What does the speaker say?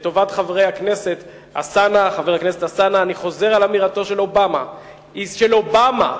לטובת חבר הכנסת אלסאנע אני חוזר על אמירתו של אובמה של אובמה: